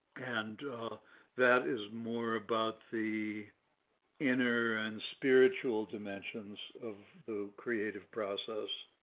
and that is more about the inner and spiritual dimensions of the creative process.